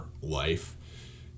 life